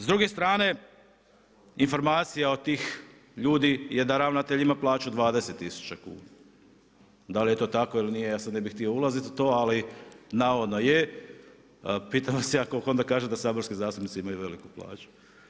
S druge strane, informacija od tih ljudi je da ravnatelj ima plaću 20 tisuća kuna, da li je to tako ili nije, ja sad ne bi htio ulaziti u to, ali navodno je, pitam vas ja tko onda kaže da saborski zastupnici imaju veliku plaću?